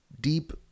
deep